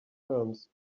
terms